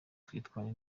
twitware